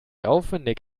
aufwendig